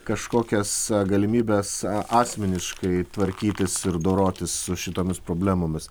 kažkokias galimybes asmeniškai tvarkytis ir dorotis su šitomis problemomis